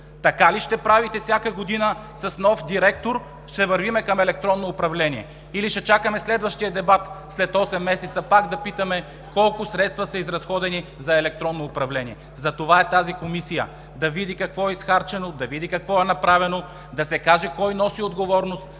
Така ли ще правите всяка година – с нов директор ще вървим към електронно управление, или ще чакаме след следващия дебат след осем месеца пак да питаме колко средства са изразходени за електронно управление? Затова е тази Комисия – да види какво е изхарчено, да види какво е направено, да се каже кой носи отговорност.